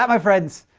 um my friends,